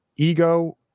ego